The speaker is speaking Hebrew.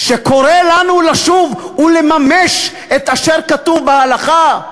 שקורא לנו לשוב ולממש את אשר כתוב בהלכה,